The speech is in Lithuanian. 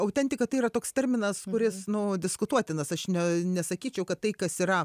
autentika tai yra toks terminas kuris nu diskutuotinas aš ne nesakyčiau kad tai kas yra